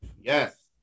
Yes